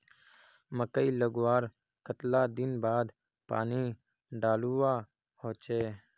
मकई लगवार कतला दिन बाद पानी डालुवा होचे?